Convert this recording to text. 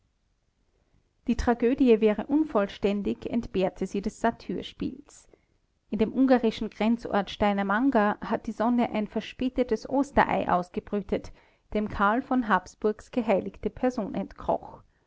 die tragödie wäre unvollständig entbehrte sie des satyrspiels in dem ungarischen grenzort steinamanger hat die sonne ein verspätetes osterei ausgebrütet dem karl von habsburgs geheiligte person